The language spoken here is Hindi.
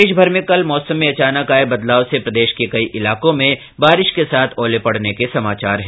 प्रदेशभर में कल मौसम में अचानक आये बदलाव से प्रदेश के कई ईलाकों में बारिश के साथ ओले पडने के समाचार है